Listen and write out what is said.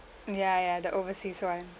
mm ya ya the overseas [one]